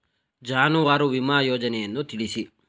ಜಾನುವಾರು ವಿಮಾ ಯೋಜನೆಯನ್ನು ತಿಳಿಸಿ?